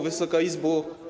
Wysoka Izbo!